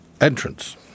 entrance